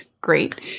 great